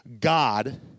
God